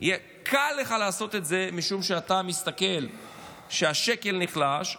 קל לך לעשות את זה משום שאתה רואה שהשקל נחלש.